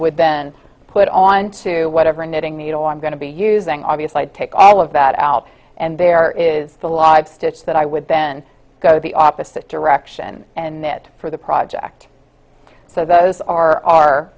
would then put onto whatever knitting needle i'm going to be using obviously i'd take all of that out and there is the live stitch that i would then go the opposite direction and that for the project so those are